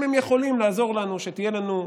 אם הם יכולים לעזור לנו שתהיה לנו,